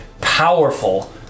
powerful